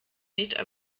nicht